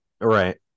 Right